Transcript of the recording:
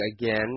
again